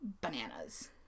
bananas